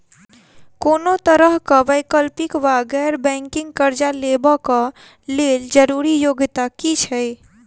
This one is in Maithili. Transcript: कोनो तरह कऽ वैकल्पिक वा गैर बैंकिंग कर्जा लेबऽ कऽ लेल जरूरी योग्यता की छई?